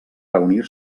reunir